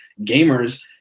gamers